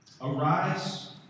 Arise